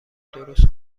درست